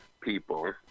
people